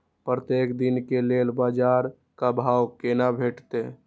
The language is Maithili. प्रत्येक दिन के लेल बाजार क भाव केना भेटैत?